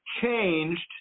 changed